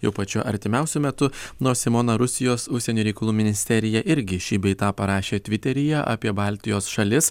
jau pačiu artimiausiu metu nors simona rusijos užsienio reikalų ministerija irgi šį bei tą parašė tviteryje apie baltijos šalis